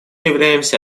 являемся